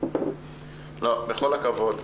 בכל הכבוד,